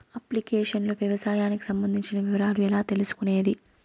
Application లో వ్యవసాయానికి సంబంధించిన వివరాలు ఎట్లా తెలుసుకొనేది?